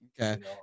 Okay